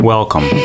Welcome